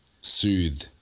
soothe